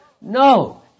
no